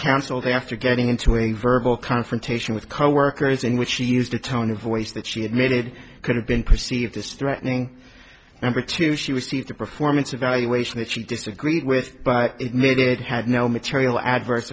cancelled after getting into a verbal confrontation with coworkers in which she used a tone of voice that she admitted could have been perceived as threatening number two she received a performance evaluation that she disagreed with but it made it had no material adverse